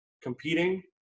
competing